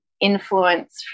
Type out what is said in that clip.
influence